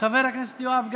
חבר הכנסת יואב גלנט,